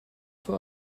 for